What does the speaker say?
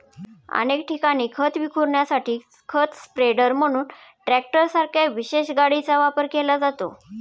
अनेक ठिकाणी खत विखुरण्यासाठी खत स्प्रेडर म्हणून ट्रॅक्टरसारख्या विशेष गाडीचा वापर केला जातो